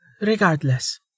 Regardless